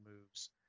moves